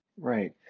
Right